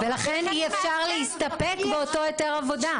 ולכן אי אפשר להסתפק באותו היתר עבודה.